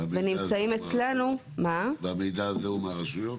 ונמצאים אצלנו --- והמידע הזה הוא מהרשויות?